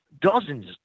dozens